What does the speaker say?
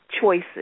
choices